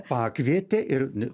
pakvietė ir